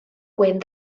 gwyn